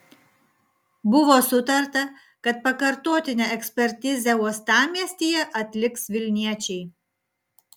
buvo sutarta kad pakartotinę ekspertizę uostamiestyje atliks vilniečiai